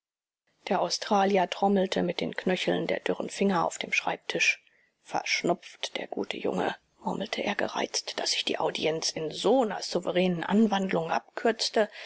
der australier trommelte mit den knöcheln der dürren finger auf den schreibtisch verschnupft der gute junge murmelte er gereizt daß ich die audienz in so ner souveränen anwandlung abkürzte